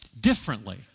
differently